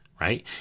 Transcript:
right